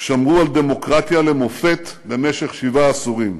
שמרו על דמוקרטיה למופת במשך שבעה עשורים.